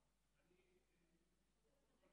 אביר